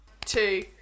Two